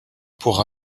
pour